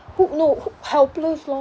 who know helpless lor